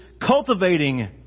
cultivating